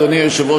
אדוני היושב-ראש,